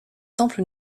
temple